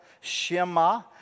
Shema